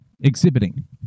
exhibiting